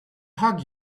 hug